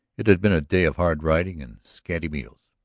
it had been a day of hard riding and scanty meals,